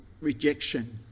rejection